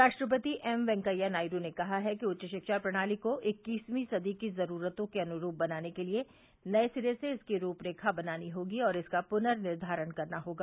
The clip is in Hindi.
उपराष्ट्रपति एमवेकैंया नायडू ने कहा है कि उच्च शिक्षा प्रणाली को इक्कसवीं सदी की जरूरतों के अनुरूप बनाने के लिए नये सिरे से इसकी रूपरेखा बनानी होगी और इसका पुनर्निर्धारण करना होगा